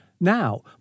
Now